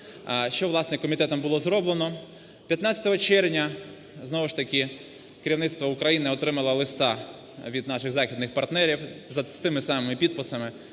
що, власне, комітетом було зроблено. 15 червня знову ж таки керівництво України отримало листа від наших західних партнерів за тими самими підписами